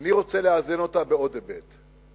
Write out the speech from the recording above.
אני רוצה לאזן אותה בעוד היבט,